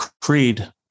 creed